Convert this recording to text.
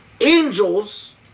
Angels